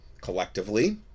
collectively